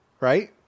right